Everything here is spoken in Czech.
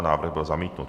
Návrh byl zamítnut.